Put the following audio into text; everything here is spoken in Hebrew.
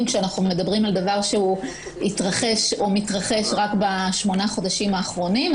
כשאנחנו מדברים על דבר שהתרחש או מתרחש רק בשמונה החודשים האחרונים.